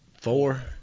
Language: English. four